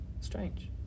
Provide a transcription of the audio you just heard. strange